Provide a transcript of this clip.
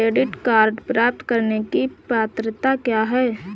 Credit card प्राप्त करने की पात्रता क्या है?